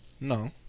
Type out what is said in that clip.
No